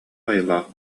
айылаах